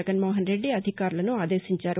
జగన్ మోహన్ రెడ్డి అధికారులను ఆదేశించారు